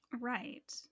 Right